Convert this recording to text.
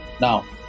Now